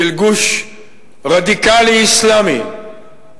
של גוש רדיקלי אסלאמי.